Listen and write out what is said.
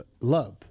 love